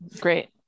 Great